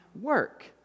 work